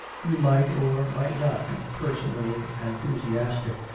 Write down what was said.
you might or might not be personally enthusiastic,